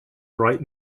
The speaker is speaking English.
bright